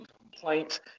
complaints